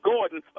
Gordon